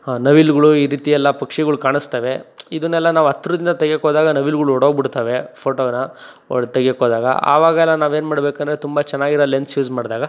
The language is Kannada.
ಹಾಂ ನವಿಲುಗಳು ಈ ರೀತಿಯೆಲ್ಲ ಪಕ್ಷಿಗಳ್ ಕಾಣಿಸ್ತವೆ ಇದನ್ನೆಲ್ಲ ನಾವು ಹತ್ರದಿಂದ ತೆಗಿಯೋಕೋದಾಗ ನವಿಲ್ಗಲು ಓಡೋಗ್ಬಿಡ್ತವೆ ಫೋಟೋನಾ ಹೊಡ್ ತೆಗಿಯೋಕ್ಕೋದಾಗ ಆವಾಗೆಲ್ಲ ನಾವೇನು ಮಾಡಬೇಕಂದ್ರೆ ತುಂಬ ಚೆನ್ನಾಗಿರೋ ಲೆನ್ಸ್ ಯೂಸ್ ಮಾಡಿದಾಗ